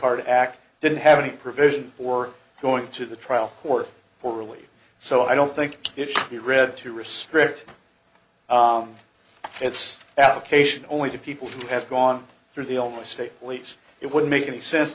part act didn't have any provision for going to the trial court for really so i don't think it should be read to restrict its application only to people who have gone through the only state police it would make any sense